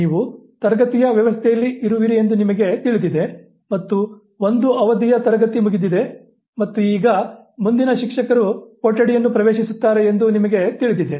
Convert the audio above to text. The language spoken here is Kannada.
ನೀವು ತರಗತಿಯ ವ್ಯವಸ್ಥೆಯಲ್ಲಿ ಇರುವಿರಿ ಎಂದು ನಿಮಗೆ ತಿಳಿದಿದೆ ಮತ್ತು ಒಂದು ಅವಧಿಯ ತರಗತಿ ಮುಗಿದಿದೆ ಮತ್ತು ಈಗ ಮುಂದಿನ ಶಿಕ್ಷಕರು ಕೊಠಡಿಯನ್ನು ಪ್ರವೇಶಿಸುತ್ತಾರೆ ಎಂದು ನಿಮಗೆ ತಿಳಿದಿದೆ